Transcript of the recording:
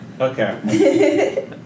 Okay